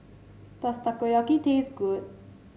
does Takoyaki taste good